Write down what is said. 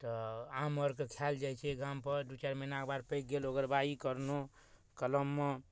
तऽ आम आरके खायल जाइ छै गाम पर दू चारि महिनाके बाद पाकि गेल ओगरबाही करलहुॅं कलममे